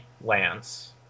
Lance